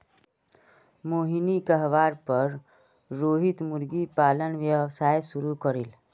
मोहिनीर कहवार पर रोहित मुर्गी पालन व्यवसाय शुरू करील